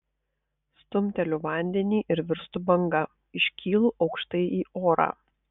stumteliu vandenį ir virstu banga iškylu aukštai į orą